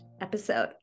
episode